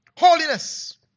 Holiness